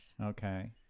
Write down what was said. okay